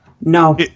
No